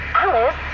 Alice